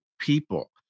people